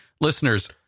listeners